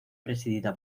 presidida